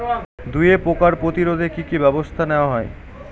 দুয়ে পোকার প্রতিরোধে কি কি ব্যাবস্থা নেওয়া হয়?